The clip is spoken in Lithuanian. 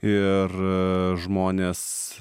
ir žmonės